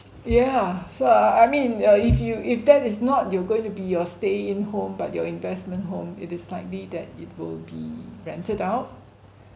yeah so I I mean you uh if you if that is not your going to be your stay in home but your investment home it is likely that it will be rented out